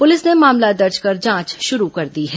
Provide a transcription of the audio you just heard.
police ने मामला दर्ज कर जांच शुरू कर दी है